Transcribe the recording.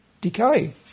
decay